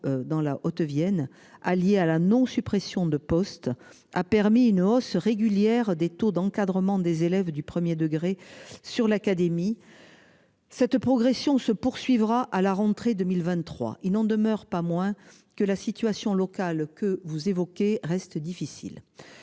dans la Haute-Vienne. Allié à la non-suppressions de postes a permis une hausse régulière des taux d'encadrement des élèves du 1er degré sur l'académie. Cette progression se poursuivra à la rentrée 2023, il n'en demeure pas moins que la situation locale que vous évoquez reste difficile.